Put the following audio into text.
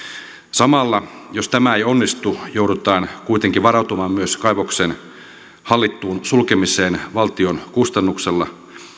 samalla jos tämä ei onnistu joudutaan kuitenkin varautumaan myös kaivoksen hallittuun sulkemiseen valtion kustannuksella